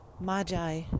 magi